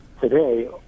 today